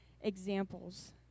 examples